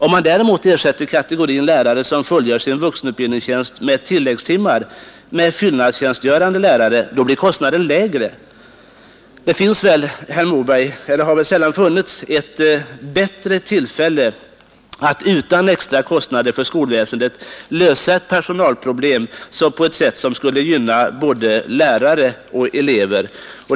Om man däremot ersätter kategorin lärare som fullgör sin vuxenutbildningstjänst i form av tilläggstimmar med fyllnadstjänstgörande lärare blir kostnaden lägre. Det finns väl inte, herr Moberg, eller har sällan funnits, ett bättre tillfälle att utan extra kostnad för skolväsendet lösa ett personalproblem på ett sätt som skulle gynna både lärare och elever.